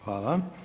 Hvala.